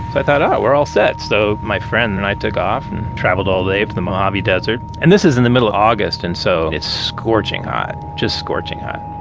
i thought, oh, we're all set. so my friend and i took off and traveled all day for the mojave desert and this is in the middle of august, and so it's scorching hot, just scorching hot.